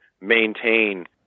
maintain